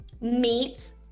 Meats